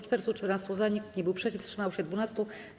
414 - za, nikt nie był przeciw, wstrzymało się 12.